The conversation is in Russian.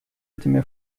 этими